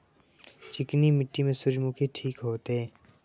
चिकनी मिट्टी में सूर्यमुखी ठीक होते?